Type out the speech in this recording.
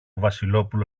βασιλόπουλο